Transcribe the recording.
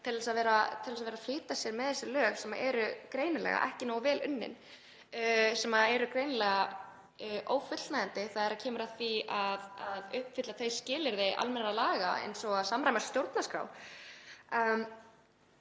við það að vera að flýta sér með þessi lög sem eru greinilega ekki nógu vel unnin, sem eru greinilega ófullnægjandi þegar kemur að því að uppfylla skilyrði almennra laga eins og að samræmast stjórnarskrá.